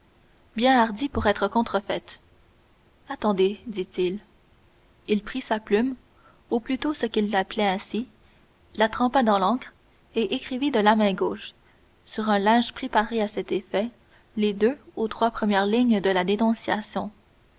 bien hardie pour être contrefaite attendez dit-il il prit sa plume ou plutôt ce qu'il appelait ainsi la trempa dans l'encre et écrivit de la main gauche sur un linge préparé à cet effet les deux ou trois premières lignes de la dénonciation